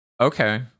Okay